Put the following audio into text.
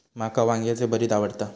माका वांग्याचे भरीत आवडता